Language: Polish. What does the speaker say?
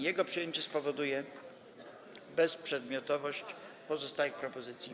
Jego przyjęcie spowoduje bezprzedmiotowość pozostałych propozycji.